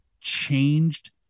changed